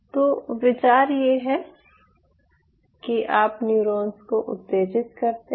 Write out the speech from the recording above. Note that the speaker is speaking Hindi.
तो विचार ये है कि आप न्यूरॉन्स को उत्तेजित करते हैं